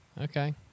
Okay